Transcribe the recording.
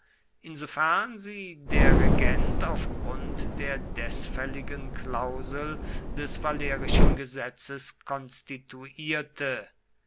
insofern sie der regent auf grund der desfälligen klausel des valerischen gesetzes konstituierte